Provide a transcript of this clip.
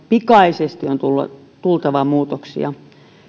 pikaisesti on tultava muutoksia